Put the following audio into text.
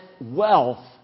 wealth